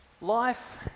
Life